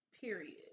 period